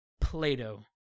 Plato